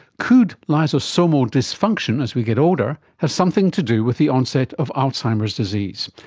could lysosomal dysfunction as we get older have something to do with the onset of alzheimer's disease?